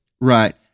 Right